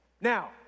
Now